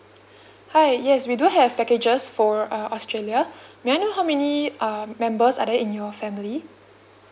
hi yes we do have packages for uh australia may I know how many uh members are there in your family